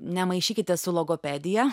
nemaišykite su logopedija